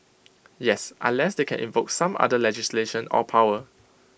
yes unless they can invoke some other legislation or power